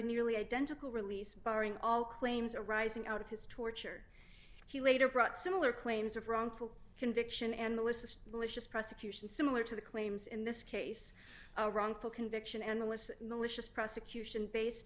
nearly identical release barring all claims arising out of his torture he later brought similar claims of wrongful conviction and the list of malicious prosecution similar to the claims in this case a wrongful conviction and a list malicious prosecution based